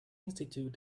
institute